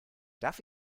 darf